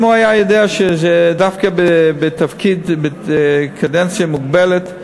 אם הוא היה יודע שזה תפקיד לקדנציה מוגבלת,